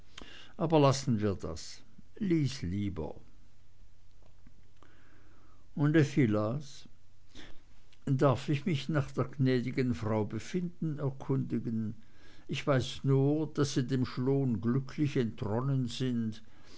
aber lassen wir das lies lieber und effi las darf ich mich nach der gnäd'gen frau befinden erkundigen ich weiß nur daß sie dem schloon glücklich entronnen sind